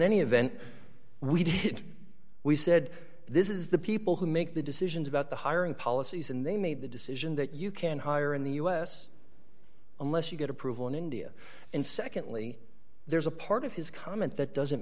any event we did we said this is the people who make the decisions about the hiring policies and they made the decision that you can hire in the u s unless you get approval in india and secondly there's a part of his comment that doesn't